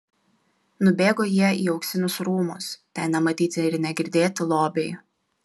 nubėgo jie į auksinius rūmus ten nematyti ir negirdėti lobiai